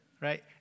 Right